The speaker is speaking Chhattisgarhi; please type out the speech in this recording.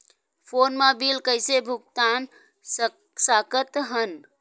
फोन मा बिल कइसे भुक्तान साकत हन?